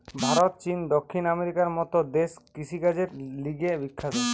ভারত, চীন, দক্ষিণ আমেরিকার মত দেশ কৃষিকাজের লিগে বিখ্যাত